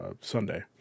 Sunday